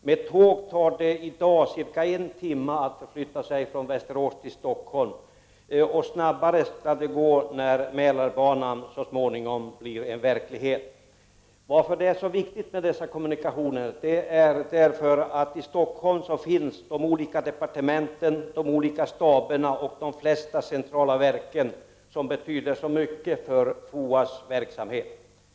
Med tåg tar det i dag cirka en timme att förflytta sig från Västerås till Stockholm — och snabbare skall det gå när Mälarbanan så småningom blir verklighet. Anledningen till att dessa kommunikationer är så viktiga är att de olika departementen, staberna och de flesta centrala verken — vilka betyder så mycket för FOA:s verksamhet — finns i Stockholm.